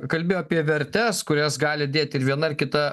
kalbėjo apie vertes kurias gali dėti ir viena ir kita